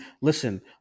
listen